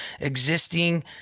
Existing